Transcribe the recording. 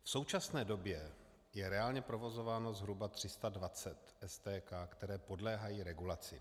V současné době je reálně provozováno zhruba 320 STK, které podléhají regulaci.